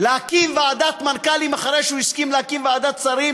להקים ועדת מנכ"לים אחרי שהוא הסכים להקים ועדת שרים,